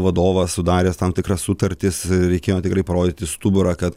vadovas sudaręs tam tikras sutartis reikėjo tikrai parodyti stuburą kad